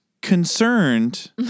concerned